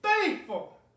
Faithful